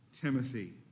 Timothy